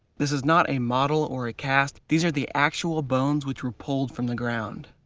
this is not a model or a cast, these are the actual bones which were pulled from the ground.